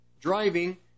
driving